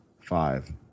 five